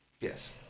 Yes